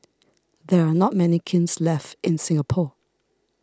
there are not many kilns left in Singapore